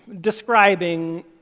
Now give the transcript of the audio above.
describing